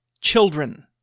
children